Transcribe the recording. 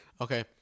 Okay